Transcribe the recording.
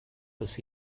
his